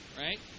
Right